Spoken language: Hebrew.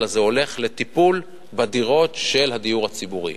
אלא לטיפול בדירות של הדיור הציבורי.